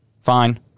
Fine